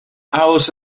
hours